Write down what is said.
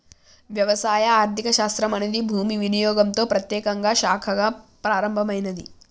వ్యవసాయ ఆర్థిక శాస్త్రం అనేది భూమి వినియోగంతో ప్రత్యేకంగా శాఖగా ప్రారంభమైనాది